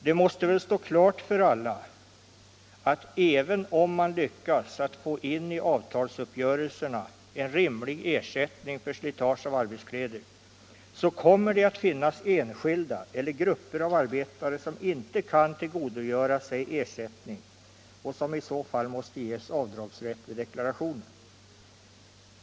Det måste väl stå klart för alla att även om man lyckas få in i avtalsuppgörelserna en rimlig ersättning för slitage av arbetskläder, så kommer det att finnas enskilda eller grupper av arbetare som inte kan tillgodogöra sig ersättning och som i så fall måste ges avdragsrätt vid deklarationen.